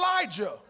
Elijah